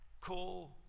call